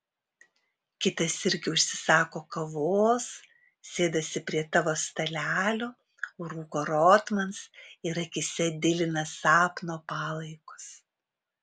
kitas irgi užsisako kavos sėdasi prie tavo stalelio rūko rotmans ir akyse dilina sapno palaikus